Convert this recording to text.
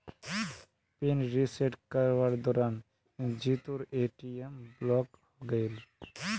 pin reset करवार दौरान जीतूर ए.टी.एम ब्लॉक हइ गेले